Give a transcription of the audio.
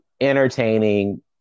entertaining